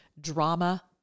drama